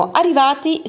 arrivati